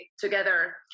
together